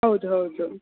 ಹೌದು ಹೌದು